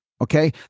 okay